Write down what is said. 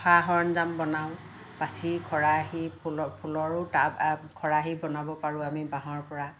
সা সৰঞ্জাম বনাওঁ পাচি খৰাহি ফুলৰ ফুলৰো টাব খৰাহি বনাব পাৰোঁ আমি বাঁহৰপৰা